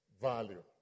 value